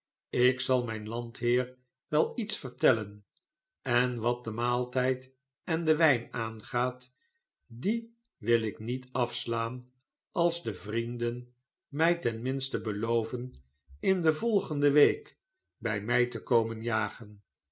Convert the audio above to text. ik zal myn landheer wel iets vertellen en wat den maaltijd en den wijn aangaat die wil ik niet afslaan als de vrienden my ten minste beloven in de volgende week bij my te komen jagen